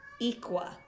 Equa